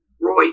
Roy